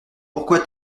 pourquoi